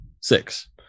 Six